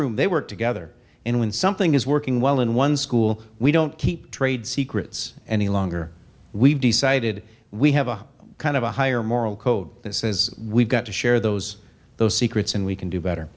room they work together and when something is working well in one school we don't keep trade secrets any longer we've decided we have a kind of a higher moral code that says we've got to share those those secrets and we can do better